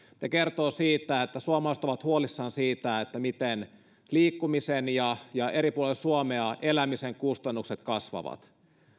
ja kertoo siitä että suomalaiset ovat huolissaan siitä miten liikkumisen ja ja eri puolilla suomea elämisen kustannukset kasvavat